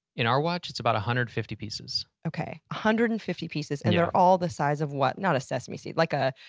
in our watch, it's about a hundred fifty pieces. okay. a hundred and fifty pieces. and they're all the size of what, not a sesame seed, like a,